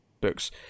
books